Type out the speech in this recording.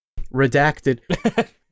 redacted